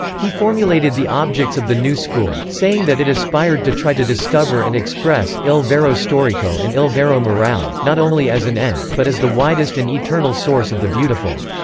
he formulated the objects of the new school, saying that it aspired to try to discover and express il vero storico and il vero morale, not only as an end, but as the widest and eternal source of the beautiful.